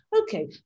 okay